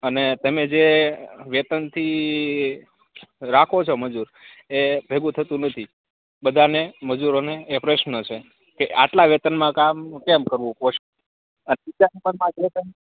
અને તમે જે વેતનથી રાખો છો મજૂર એ ભેગું થતું નથી બધાને મજૂરોને એ પ્રશ્ન છે કે આટલા વેતનમાં કામ કેમ કરવું પોષ